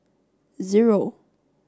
zero